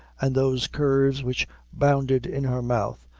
and those curves which bounded in her mouth,